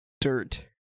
dirt